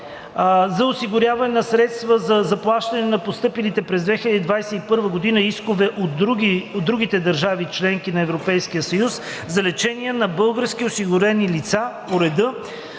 за осигуряване на средства за заплащане на постъпилите през 2021 г. искове от другите държави – членки на Европейския съюз, за лечение на български осигурени лица по реда